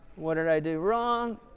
what did i do wrong?